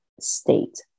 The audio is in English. state